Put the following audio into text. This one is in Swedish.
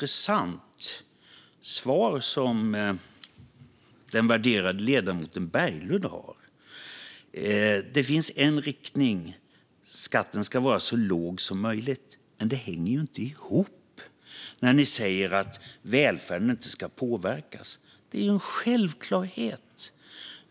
Herr talman! Det är ett mycket intressant svar som den värderade ledamoten Berglund har. Det finns en riktning: Skatten ska vara så låg som möjligt. Men det hänger inte ihop när ni säger att välfärden inte ska påverkas. Det är ju en självklarhet!